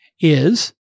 is-